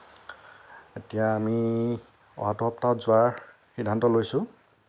এতিয়া আমি অহাটো সপ্তাহত যোৱাৰ সিদ্ধান্ত লৈছোঁ